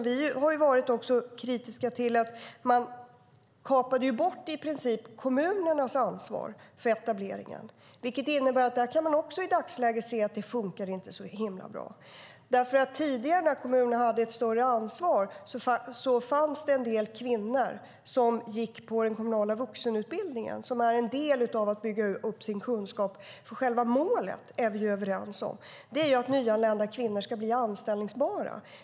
Vi har också varit kritiska till att man i princip kapade bort kommunernas ansvar för etableringen. Det innebär att det inte fungerar så bra i dagsläget. Tidigare, när kommunerna hade ett större ansvar, fanns det en del kvinnor som gick på den kommunala vuxenutbildningen som en del i att bygga upp sin kunskap. Själva målet är vi överens om, det vill säga att nyanlända kvinnor ska bli anställbara.